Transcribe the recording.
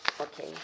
Okay